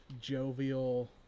jovial